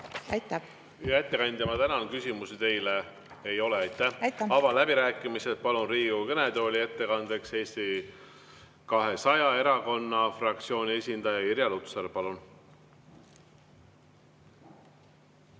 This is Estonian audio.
Aitäh! Hea ettekandja, ma tänan. Küsimusi teile ei ole. Aitäh! Avan läbirääkimised ja palun Riigikogu kõnetooli ettekandeks Eesti 200 erakonna fraktsiooni esindaja Irja Lutsari. Palun!